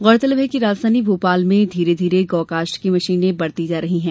गौरतलब है कि राजधानी भोपाल में धीरे धीरे गौ काष्ठ की मशीने बढ़ती जा रही है